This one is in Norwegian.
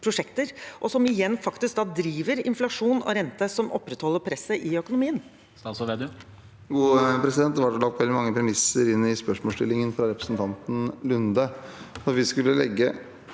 og som igjen faktisk driver inflasjon og rente, som opprettholder presset i økonomien?